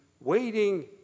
waiting